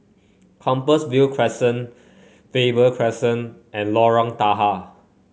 Compassvale Crescent Faber Crescent and Lorong Tahar